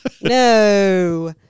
no